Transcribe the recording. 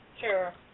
sure